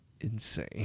insane